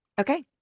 okay